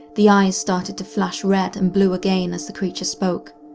the eyes started to flash red and blue again as the creature spoke,